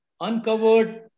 uncovered